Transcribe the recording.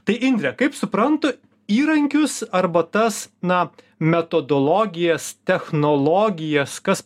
tai indre kaip suprantu įrankius arba tas na metodologijas technologijas kas